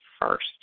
first